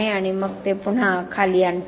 आणि मग ते पुन्हा पुन्हा खाली आणतात